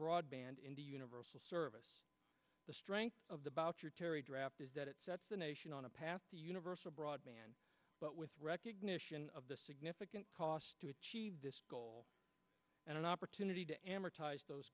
broadband in the universal service the strength of the boucher terry draft is that it sets the nation on a path to universal broadband but with recognition of the significant cost to achieve this goal and an opportunity to amortize those